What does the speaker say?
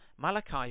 Malachi